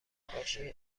نقاشی